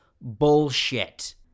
bullshit